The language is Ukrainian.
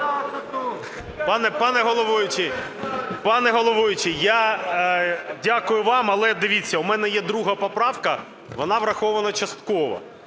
Пане головуючий, я дякую вам. Але, дивіться, у мене є 2 поправка, вона врахована частково.